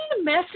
message